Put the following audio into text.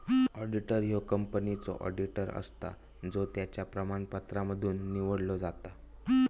auditor ह्यो कंपनीचो auditor असता जो त्याच्या प्रमाणपत्रांमधसुन निवडलो जाता